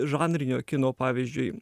žanrinio kino pavyzdžiui